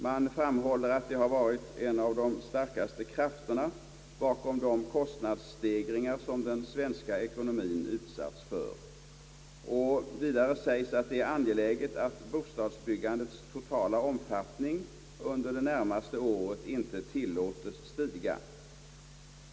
Man framhåller att det varit en av de starkaste krafterna bakom de kostnadsstegringar som den svenska ekonomien utsatts för. Vidare sägs att det är angeläget att bostadsbyggandets totala omfattning under det närmaste året inte tillåtes stiga.